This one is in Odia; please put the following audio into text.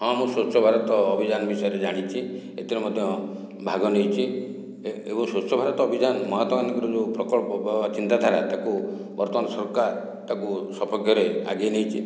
ହଁ ମୁଁ ସ୍ୱଚ୍ଛ ଭାରତ ଅଭିଯାନ ବିଷୟରେ ଜାଣିଛି ଏଥିରେ ମଧ୍ୟ ଭାଗ ନେଇଛି ଏବଂ ସ୍ୱଚ୍ଛ ଭାରତ ଅଭିଯାନ ମହାତ୍ମା ଗାନ୍ଧୀଙ୍କର ଯେଉଁ ପ୍ରକଳ୍ପ ବା ଚିନ୍ତାଧାରା ତାକୁ ବର୍ତ୍ତମାନ ସରକାର ତାକୁ ସପକ୍ଷରେ ଆଗେଇ ନେଇଛି